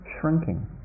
shrinking